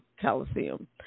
Coliseum